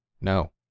No